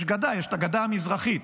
יש את הגדה המרכזית,